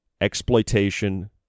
exploitation